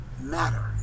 matter